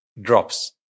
drops